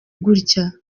gutya